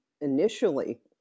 initially